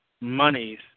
monies